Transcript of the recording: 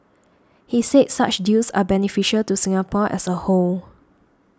he said such deals are beneficial to Singapore as a whole